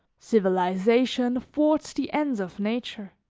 civilization thwarts the ends of nature.